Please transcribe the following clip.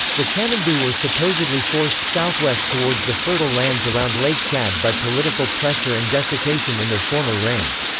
the kanembu were supposedly forced southwest towards the fertile lands around lake chad by political pressure and desiccation in their former range.